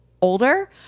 older